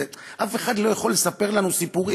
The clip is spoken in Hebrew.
אף אחד לא יכול לספר לנו סיפורים